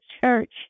church